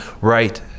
right